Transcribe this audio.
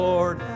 Lord